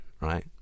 right